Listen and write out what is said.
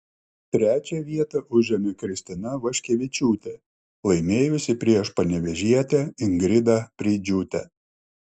trečią vietą užėmė kristina vaškevičiūtė laimėjusi prieš panevėžietę ingridą preidžiūtę